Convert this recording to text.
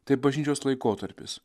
tai bažnyčios laikotarpis